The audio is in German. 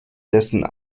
dessen